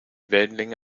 wellenlänge